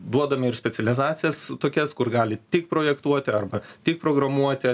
duodame ir specializacijas tokias kur gali tik projektuoti arba tik programuoti